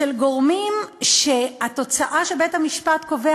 של גורמים שהתוצאה שבית-המשפט קובע